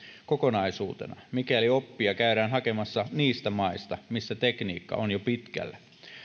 kokonaisuutena mikäli oppia käydään hakemassa niistä maista missä tekniikka on jo pitkällä